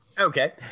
Okay